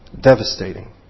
devastating